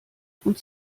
und